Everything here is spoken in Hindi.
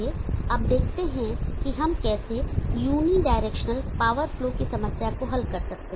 आइए अब देखते हैं कि हम कैसे यूनिडायरेक्शनल पावर फ्लो की समस्या को हल कर सकते हैं